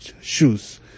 Shoes